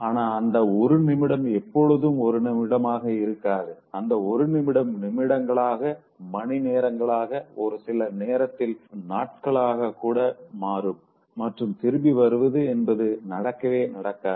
ஆனா அந்த ஒரு நிமிடம் எப்போதும் ஒரு நிமிடம் ஆக இருக்காது அந்த ஒரு நிமிடம் நிமிடங்களாக மணி நேரங்களாக ஒரு சில நேரத்தில் நாட்களாக கூட மாறும் மற்றும் திரும்பி வருவது என்பது நடக்கவே நடக்காது